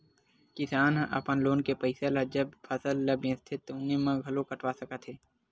किसान ह अपन लोन के पइसा ल जब फसल ल बेचथे तउने म घलो कटवा सकत हे